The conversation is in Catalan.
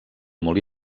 molí